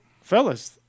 Fellas